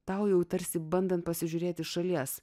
tau jau tarsi bandant pasižiūrėti šalies